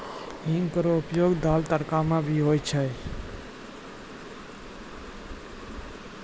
हींग केरो उपयोग दाल, तड़का म भी होय छै